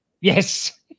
Yes